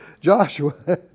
Joshua